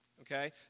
okay